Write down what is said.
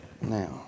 Now